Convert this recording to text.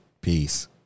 peace